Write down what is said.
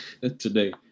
today